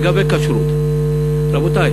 לגבי כשרות, רבותי,